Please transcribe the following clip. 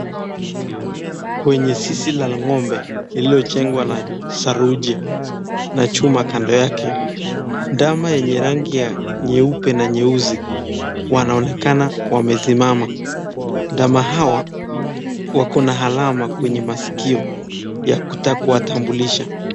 Kwenye zizi la ng'ombe lililojengwa na saruji na chuma kando yake, ndama yenye rangi ya nyeupe na nyeusi wanaonekana wamesimama. Ndama hawa wako na alama kwenye masikio ya kuwatambulisha.